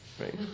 Right